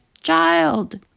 child